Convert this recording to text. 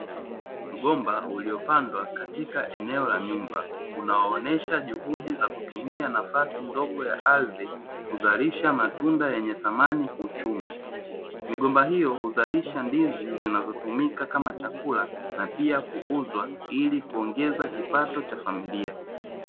Mgomba uliopandwa katika eneo la nyumba unaonyesha juhudi za kutumia zafasi ndogo ya ardhi kuzalisha matunda yenye thamani kiuchumi, migomba hio huzalisha ndizi zinazotumika kama chakula na pia kuuzwa ili kuongeza kipato cha familia.